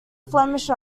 flemish